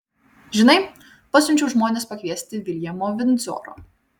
žinai pasiunčiau žmones pakviesti viljamo vindzoro